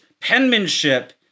penmanship